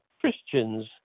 Christians